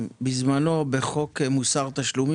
פה מדובר בעודפים של קורונה משנת 2021 לשנת 2022 על תשלום